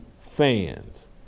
fans